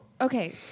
okay